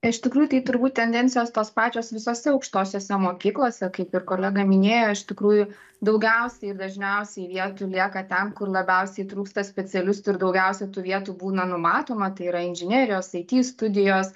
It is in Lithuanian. iš tikrųjų tai turbūt tendencijos tos pačios visose aukštosiose mokyklose kaip ir kolega minėjo iš tikrųjų daugiausiai ir dažniausiai vietų lieka ten kur labiausiai trūksta specialistų ir daugiausiai tų vietų būna numatoma tai yra inžinerijos srityj studijos